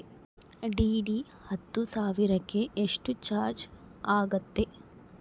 DD ಹತ್ತು ಸಾವಿರಕ್ಕೆ ಎಷ್ಟು ಚಾಜ್೯ ಆಗತ್ತೆ?